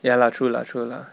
ya lah true lah true lah